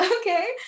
Okay